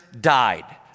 died